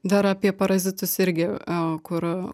dar apie parazitus irgi a kur